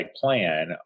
plan